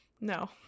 No